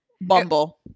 Bumble